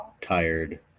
tired